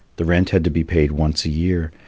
the rent had to be paid once a year,